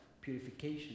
purification